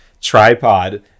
tripod